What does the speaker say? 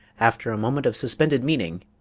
after a moment of suspended meaning,